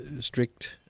strict